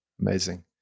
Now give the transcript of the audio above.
Amazing